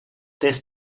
this